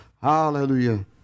Hallelujah